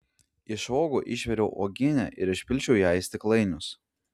iš uogų išviriau uogienę ir išpilsčiau ją į stiklainius